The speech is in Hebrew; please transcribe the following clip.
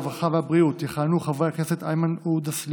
הרווחה והבריאות יכהנו חברי הכנסת איימן עודה,